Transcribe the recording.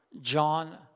John